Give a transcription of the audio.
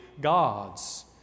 God's